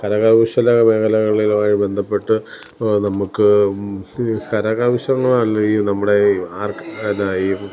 കരകൗശല മേഖലകളിലുമായി ബന്ധപ്പെട്ട് നമുക്ക് കരകൗശലമല്ലെങ്കിൽ നമ്മുടെ ആർ പിന്നെ ഈ